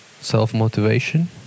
self-motivation